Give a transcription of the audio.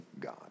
God